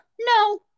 no